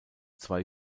zwei